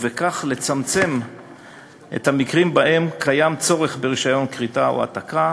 ובכך לצמצם את המקרים שבהם קיים צורך ברישיון כריתה או העתקה,